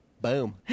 Boom